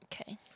Okay